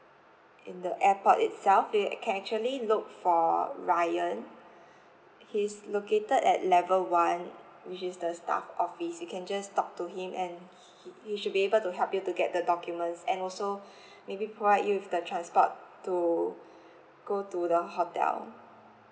in the airport itself you can actually look for ryan he's located at level one which is the staff office you can just talk to him and he he he should be able to help you to get the documents and also maybe provide you with the transport to go to the hotel